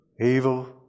Evil